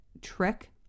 trick